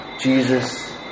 Jesus